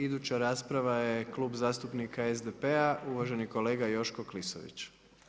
Iduća rasprava je Klub zastupnika SDP-a uvaženi kolega Joško Klisović.